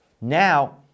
now